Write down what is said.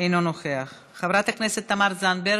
אינו נוכח, חברת הכנסת תמר זנדברג,